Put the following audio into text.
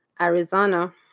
Arizona